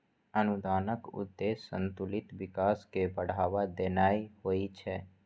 अनुदानक उद्देश्य संतुलित विकास कें बढ़ावा देनाय होइ छै